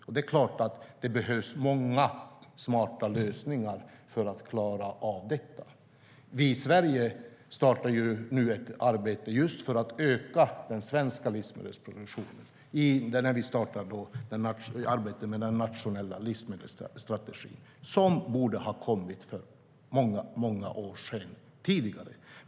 Det är klart att det behövs många smarta lösningar för att klara av detta. Vi i Sverige startar nu ett arbete för att öka den svenska livsmedelsproduktionen, när vi startar arbetet med den nationella livsmedelsstrategin, som borde ha kommit för många år sedan.